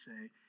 say